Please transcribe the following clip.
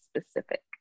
specific